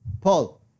Paul